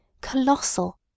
Colossal